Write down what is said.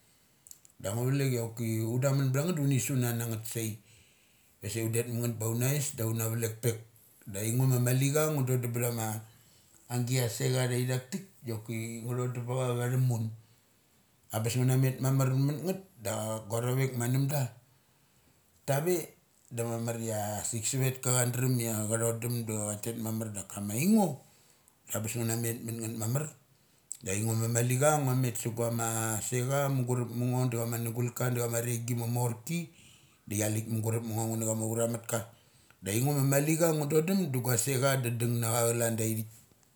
Da ngu valekia choki un dam mun btha ngeth da uni sunana ngeth sai. Vasi un det ma ngeth baun nais daun navlek pek. Da aingo ma mali changu da dum bthama agia secha thai thaktik. Doki ngu thodum ba cha vathum un. Am bes ngu na met mamar mungth, dak guarovek ma numda tave da mamar ia asik savet ka chan drem ia cha thodum dacha tet mamar daka ma aingo da bes ngu na net ma ngeth mamar. Da aingo ma mali cha ngua met su guama mugurup mango da cha ma nugulka da cha ma areng i ma morki. Dichia lik mugurup ngo nga na chama uramatka. Maringoma mali cha dodum da guasecha da da dang na cha chalan daithik.